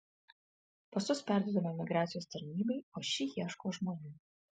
pasus perduodame migracijos tarnybai o ši ieško žmonių